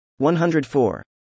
104